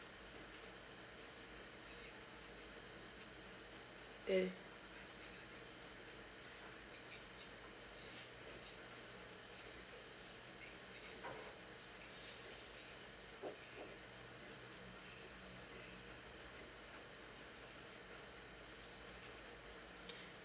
then